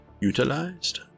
utilized